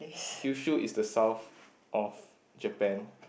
Kyushu is the south of Japan